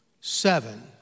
seven